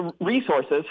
Resources